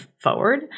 forward